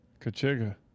Kachiga